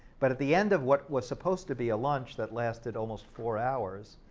but at the end of what was supposed to be a lunch that lasted almost four hours,